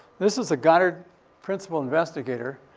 this is the goddard principal investigator.